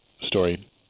story